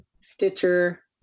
Stitcher